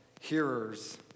hearers